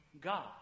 God